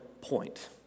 point